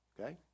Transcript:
Okay